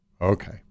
Okay